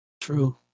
True